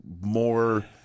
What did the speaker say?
more